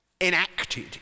enacted